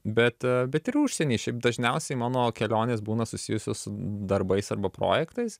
bet bet ir į užsieny šiaip dažniausiai mano kelionės būna susijusios su darbais arba projektais